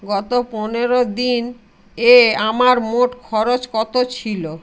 গত পনেরো দিনে আমার মোট খরচ কত ছিল